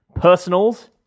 Personals